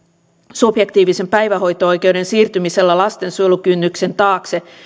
subjektiivisen päivähoito oikeuden siirtymisellä lastensuojelukynnyksen taakse